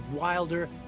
wilder